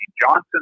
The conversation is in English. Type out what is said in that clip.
Johnson